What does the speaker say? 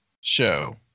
show